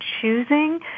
choosing